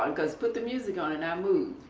um because put the music on and i'll move.